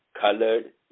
Colored